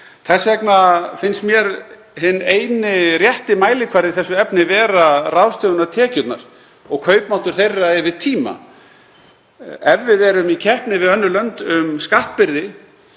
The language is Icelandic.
Þess vegna finnst mér hinn eini rétti mælikvarði í þessu efni vera ráðstöfunartekjurnar og kaupmáttur þeirra yfir tíma. Ef við erum í keppni við önnur lönd um skattbyrði